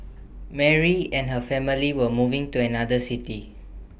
Mary and her family were moving to another city